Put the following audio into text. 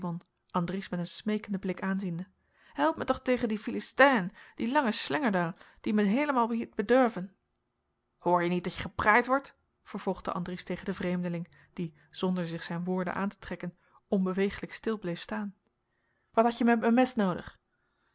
andries met een smeekenden blik aanziende elp mij toch theugen dien filisthijn dien langen schlingel dhaar die me eelemaal heit bedhurven hoorje niet dat je gepraaid wordt vervolgde andries tegen den vreemdeling die zonder zich zijn woorden aan te trekken onbeweeglijk stil bleef staan wat hadje met men mes noodig